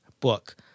book